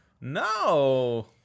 No